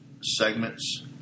segments